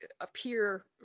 appear